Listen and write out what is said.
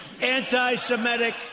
anti-Semitic